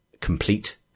complete